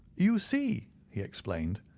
you see, he explained,